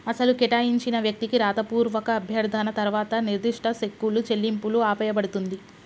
అసలు కేటాయించిన వ్యక్తికి రాతపూర్వక అభ్యర్థన తర్వాత నిర్దిష్ట సెక్కులు చెల్లింపులు ఆపేయబడుతుంది